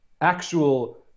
actual